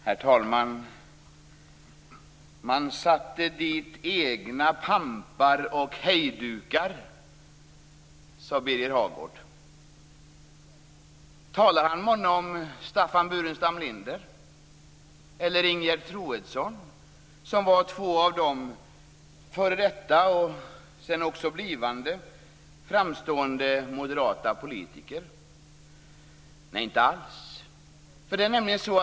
Herr talman! Man satte dit egna pampar och hejdukar, sade Birger Hagård. Talar han månne om Staffan Burenstam Linder eller Ingegerd Troedsson, som var två före detta men också blivande framstående moderata politiker? Nej, inte alls.